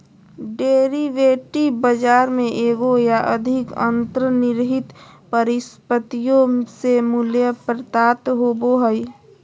derivative बाजार में एगो या अधिक अंतर्निहित परिसंपत्तियों से मूल्य प्राप्त होबो हइ